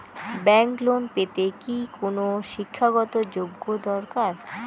Bank loan পেতে কি কোনো শিক্ষা গত যোগ্য দরকার?